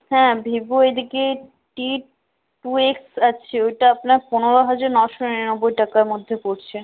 হ্যাঁ ভিভো ওইদিকে T two X আছে ওইটা আপনার পনেরো হাজার নশো নিরানব্বই টাকার মধ্যে পড়ছে